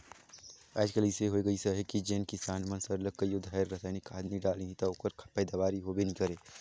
आएज काएल अइसे होए गइस अहे कि जेन किसान मन सरलग कइयो धाएर रसइनिक खाद नी डालहीं ता ओकर पएदावारी होबे नी करे